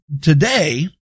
today